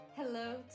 Hello